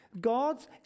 God's